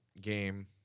game